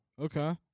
Okay